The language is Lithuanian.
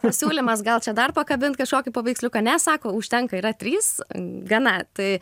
pasiūlymas gal čia dar pakabint kažkokį paveiksliuką ne sako užtenka yra trys gana tai